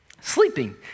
Sleeping